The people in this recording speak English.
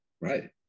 right